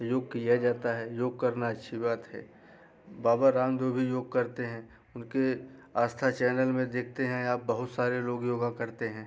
योग किया जाता है योग करना अच्छी बात है बाबा रामदेव भी योग करते हैं उनके आस्था चैनल में देखते हैं आप बहुत सारे लोग योग करते हैं